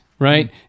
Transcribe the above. Right